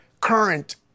current